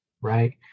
right